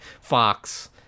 fox